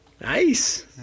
Nice